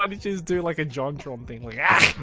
and just do like, a jontron thing? like, yeah